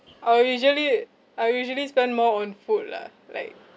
I'll usually I usually spend more on food lah like